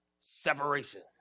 separation